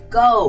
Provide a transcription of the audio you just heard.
go